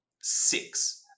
Six